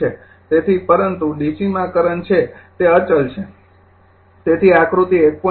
તેથી પરંતુ ડીસીમાં કરંટ છે તે અચલ છે તેથી આકૃતિ ૧